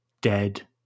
dead